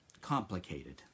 complicated